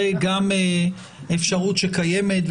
גם זאת אפשרות שקיימת.